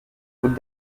faute